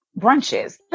brunches